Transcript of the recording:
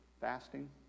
fasting